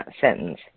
sentence